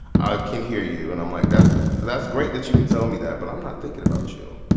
i can hear you, and i'm like, that's that's great that you can tell me that, but i'm not thinking about you.